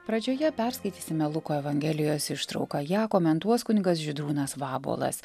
pradžioje perskaitysime luko evangelijos ištrauką ją komentuos kunigas žydrūnas vabolas